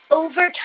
over